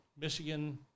Michigan